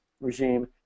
regime